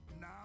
Now